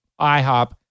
IHOP